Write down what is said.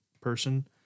person